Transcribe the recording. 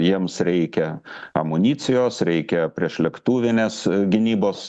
jiems reikia amunicijos reikia priešlėktuvinės gynybos